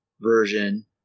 version